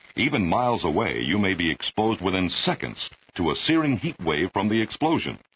even miles away, you may be exposed within seconds to a searing heatwave from the explosion,